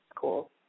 Cool